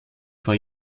vor